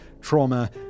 trauma